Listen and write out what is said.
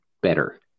better